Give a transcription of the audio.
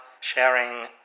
sharing